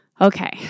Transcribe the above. Okay